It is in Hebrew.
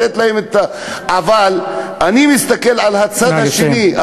אבל אני מסתכל על הצד השני.